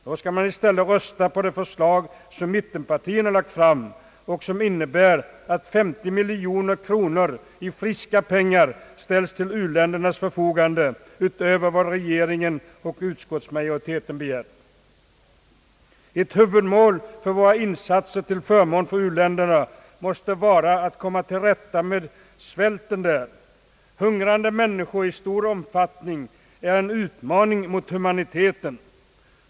Då skall man i stället rösta på det förslag som mittenpartierna har lagt fram och som innebär att 50 miljoner kronor i friska pengar ställs till uländernas förfogande utöver vad regeringen och utskottsmajoriteten begär. Ett huvudmål för våra insatser till förmån för u-länderna måste vara att komma till rätta med svälten där. Hungrande människor i stor omfattning är en utmaning mot humaniteten.